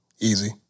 Easy